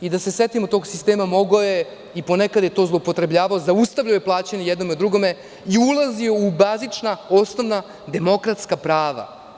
Da se setimo tog sistema, mogao je i ponekad je to zloupotrebljavao, zaustavljao je plaćanje i jednom i drugom i ulazio je u bazična, osnovna demokratska prava.